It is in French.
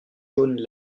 jaunes